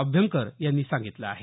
अभ्यंकर यांनी सांगितलं आहे